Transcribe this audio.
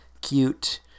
cute